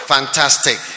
Fantastic